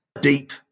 deep